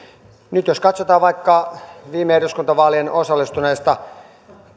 nyt jos katsotaan vaikka viime eduskuntavaaleihin osallistuneita